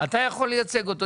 אתה יכול לייצג אותו.